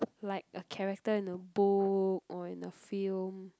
like a character in a book or in a film